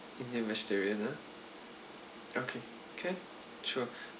vegetarian ah okay can sure